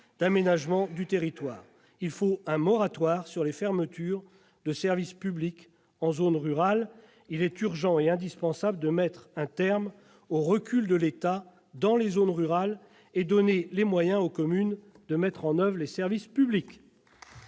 l'aménagement du territoire. Il faut un moratoire sur les fermetures de services publics en zone rurale, il est urgent et indispensable de mettre un terme au recul de l'État dans ces zones et de donner les moyens aux communes de mettre en oeuvre les services publics.